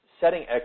Setting